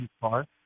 car